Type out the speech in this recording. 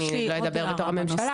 אני לא אדבר בתור הממשלה.